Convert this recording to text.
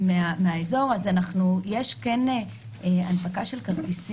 אנחנו יודעים שאחד החסמים מלפתוח אצל גופים שלא מפוקחים,